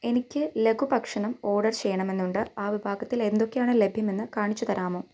എനിക്ക് ലഘുഭക്ഷണം ഓർഡർ ചെയ്യണമെന്നുണ്ട് ആ വിഭാഗത്തിൽ എന്തൊക്കെയാണ് ലഭ്യമെന്ന് കാണിച്ചു തരാമോ